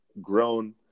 grown